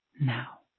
now